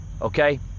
Okay